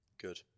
good